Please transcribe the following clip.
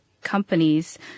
companies